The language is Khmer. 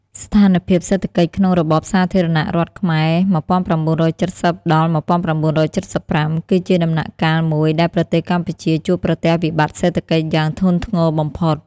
ស្ថានភាពសេដ្ឋកិច្ចក្នុងរបបសាធារណរដ្ឋខ្មែរ ១៩៧០-១៩៧៥ គឺជាដំណាក់កាលមួយដែលប្រទេសកម្ពុជាជួបប្រទះវិបត្តិសេដ្ឋកិច្ចយ៉ាងធ្ងន់ធ្ងរបំផុត។